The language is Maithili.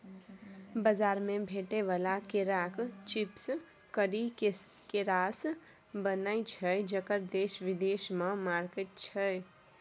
बजार मे भेटै बला केराक चिप्स करी केरासँ बनय छै जकर देश बिदेशमे मार्केट छै